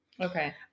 Okay